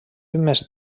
més